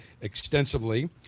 extensively